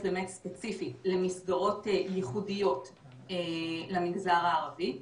ספציפית למסגרות ייחודיות למגזר הערבי.